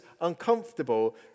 uncomfortable